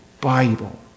Bible